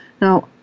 Now